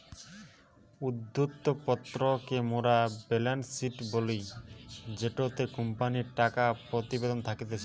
উদ্ধৃত্ত পত্র কে মোরা বেলেন্স শিট বলি জেটোতে কোম্পানির টাকা প্রতিবেদন থাকতিছে